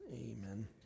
amen